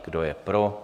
Kdo je pro?